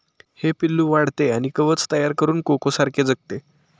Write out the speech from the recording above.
हे पिल्लू वाढते आणि कवच तयार करून कोकोसारखे जगते